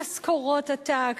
במשכורות עתק,